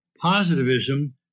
Positivism